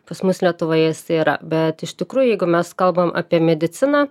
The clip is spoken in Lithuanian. pas mus lietuvoje jis yra bet iš tikrųjų jeigu mes kalbam apie mediciną